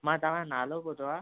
मां तव्हां जो नालो ॿुधो आहे